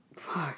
Fuck